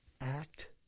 act